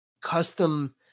custom